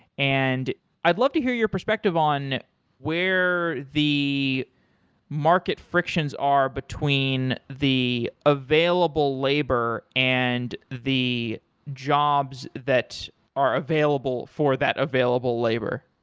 and i'd love to hear your perspective on where the market frictions are between the available labor and the jobs that's are available for that available labor.